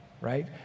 Right